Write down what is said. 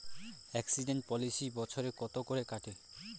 Accident policy বছরে কত করে কাটে?